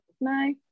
no